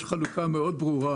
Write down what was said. יש חלוקה ברורה מאוד